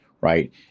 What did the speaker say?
right